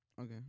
Okay